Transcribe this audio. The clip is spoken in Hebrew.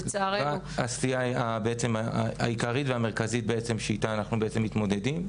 לצערנו -- זאת הסטייה העיקרית והמרכזית שאיתה אנחנו מתמודדים.